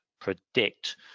predict